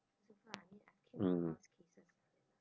mm